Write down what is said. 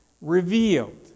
revealed